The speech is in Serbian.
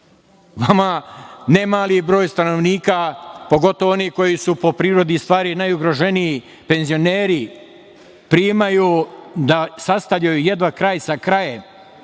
Vama ne mali broj stanovnika, pogotovo onih koji su po prirodi stvari najugroženiji, penzioneri, primaju da sastavljaju jedva kraj sa krajem,